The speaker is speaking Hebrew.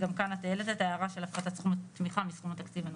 גם כאן את העלית את ההערה של הפחתת סכום התמיכה מסכום התקציב הנוסף.